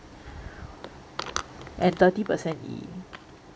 and thirty percent